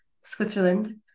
Switzerland